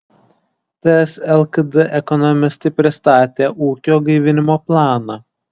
ts lkd ekonomistai pristatė ūkio gaivinimo planą